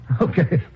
Okay